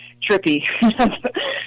trippy